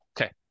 Okay